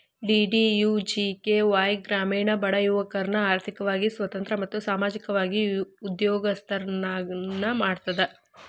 DDUGKY ಗ್ರಾಮೇಣ ಬಡ ಯುವಕರ್ನ ಆರ್ಥಿಕವಾಗಿ ಸ್ವತಂತ್ರ ಮತ್ತು ಸಾಮಾಜಿಕವಾಗಿ ಉದ್ಯೋಗಸ್ತರನ್ನ ಮಾಡ್ತದ